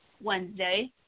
Wednesday